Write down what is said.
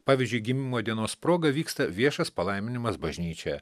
pavyzdžiui gimimo dienos proga vyksta viešas palaiminimas bažnyčioje